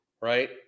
right